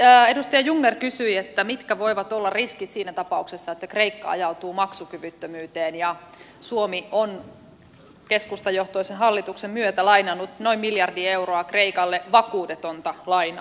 edustaja jungner kysyi mitkä voivat olla riskit siinä tapauksessa että kreikka ajautuu maksukyvyttömyyteen ja suomi on keskustajohtoisen hallituksen myötä lainannut noin miljardi euroa kreikalle vakuudetonta lainaa